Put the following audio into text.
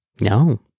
No